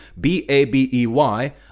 B-A-B-E-Y